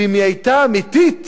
ואם היא היתה אמיתית